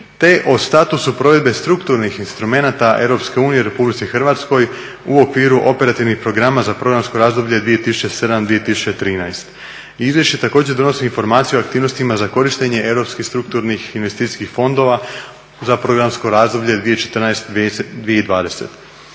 te o statusu provedbe strukturnih instrumenata EU Republici Hrvatskoj u okviru operativnih programa za programsko razdoblje 2007.-2013. Izvješće također donosi informacije o aktivnosti za korištenje europskih strukturnih investicijskih fondova za programsko razdoblje 2014.-2020.